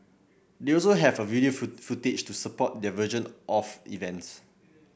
they also have a video food footage to support their version of events